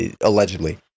allegedly